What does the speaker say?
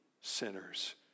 sinners